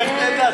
לך תדע.